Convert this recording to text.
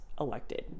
elected